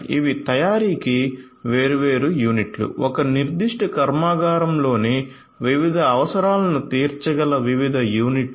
ఇవి తయారీకి వేర్వేరు యూనిట్లు ఒక నిర్దిష్ట కర్మాగారంలోని వివిధ అవసరాలను తీర్చగల వివిధ యూనిట్లు